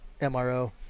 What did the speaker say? MRO